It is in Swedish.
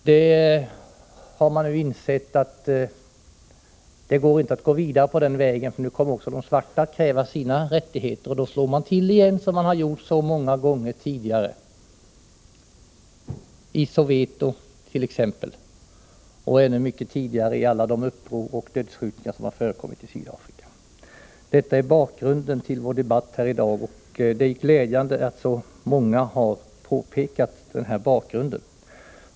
Man har emellertid nu insett att man inte kan gå vidare på den vägen, för nu kommer även de svarta att kräva sina rättigheter. Då slår man till igen som man har gjort så många gånger tidigare, t.ex. i Soweto och vid alla uppror och dödsskjutningar som har förekommit i Sydafrika. Detta är bakgrunden till vår debatt i dag. Det är glädjande att så många har påpekat denna bakgrund.